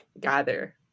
gather